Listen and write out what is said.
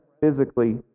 physically